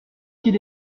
qu’il